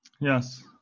Yes